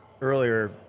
earlier